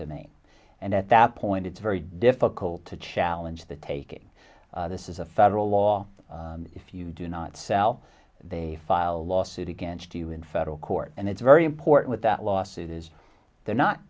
to me and at that point it's very difficult to challenge the taking this is a federal law if you do not sell they file a lawsuit against you in federal court and it's very important that lawsuit is they're not